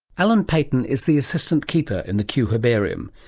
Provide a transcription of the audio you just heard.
alan paton is the assistant keeper in the kew herbarium.